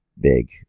big